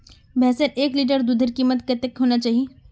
भैंसेर एक लीटर दूधेर कीमत कतेक होना चही?